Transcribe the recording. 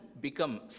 become